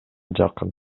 жакын